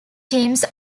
teams